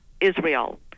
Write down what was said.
Israel